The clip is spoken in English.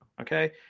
okay